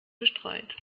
bestreut